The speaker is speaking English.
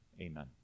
amen